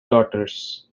daughters